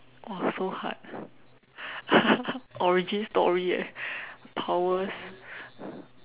!wah! so hard origin story eh powers